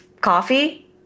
coffee